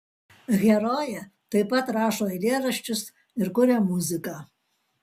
herojė taip pat rašo eilėraščius ir kuria muziką